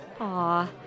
Aw